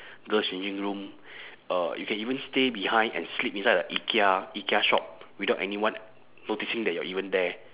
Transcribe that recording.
girls changing room uh you can even stay behind and sleep inside uh ikea ikea shop without anyone noticing that you're even there